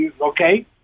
Okay